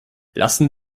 lassen